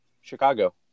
Chicago